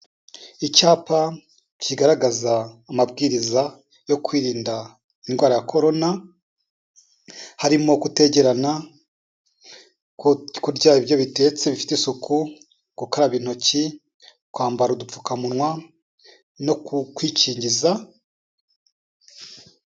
Icyapa kigaragaza amabwiriza yo kwirinda indwara ya korona, harimo kutegerana, kurya ibiryo bitetse bifite isuku, gukaraba intoki, kwambara udupfukamunwa no kwikingiza.